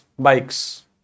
bikes